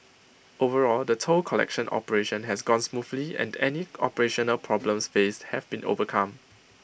overall the toll collection operation has gone smoothly and any operational problems faced have been overcome